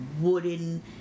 wooden